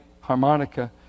harmonica